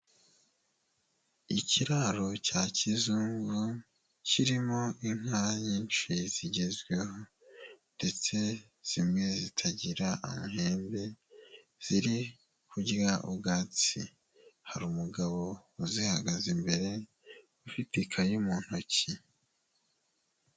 Ikiraro cya kizungu, kirimo inka nyinshi zigezweho ndetse zimwe zitagira amahembe ziri kurya ubwatsi, hari umugabo uzihagaze imbere ufite ikayi mu ntoki.